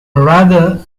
rather